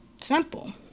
Simple